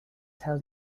tell